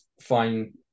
fine